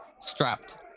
strapped